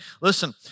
Listen